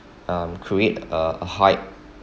um create uh a hype